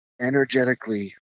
energetically